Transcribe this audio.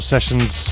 sessions